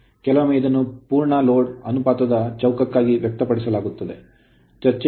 ಆದ್ದರಿಂದ ಕೆಲವೊಮ್ಮೆ ಇದನ್ನು ಪೂರ್ಣ ಹೊರೆಯ ಅನುಪಾತದ ಚೌಕವಾಗಿ ವ್ಯಕ್ತಪಡಿಸಲಾಗುತ್ತದೆ